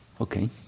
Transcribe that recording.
Okay